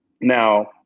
Now